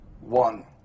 one